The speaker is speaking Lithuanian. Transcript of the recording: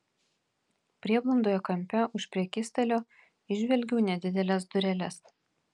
prieblandoje kampe už prekystalio įžvelgiau nedideles dureles